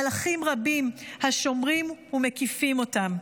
מלאכים רבים השומרים רבים ומקיפים אותם.